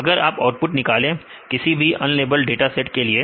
तो अगर आप आउटपुट निकाले किसी भी अनलेबल्ड डाटा सेट के लिए